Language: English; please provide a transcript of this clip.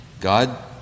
God